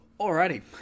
Alrighty